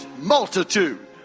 multitude